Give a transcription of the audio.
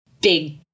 big